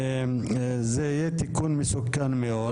שזה יהיה תיקון מסוכן מאוד,